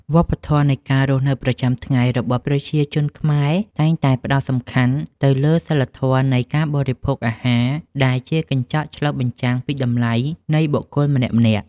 វប្បធម៌នៃការរស់នៅប្រចាំថ្ងៃរបស់ប្រជាជនខ្មែរតែងតែផ្ដោតសំខាន់ទៅលើសីលធម៌នៃការបរិភោគអាហារដែលជាកញ្ចក់ឆ្លុះបញ្ចាំងពីតម្លៃនៃបុគ្គលម្នាក់ៗ។